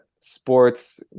sports